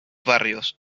barrios